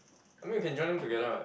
I mean you can join them together [what]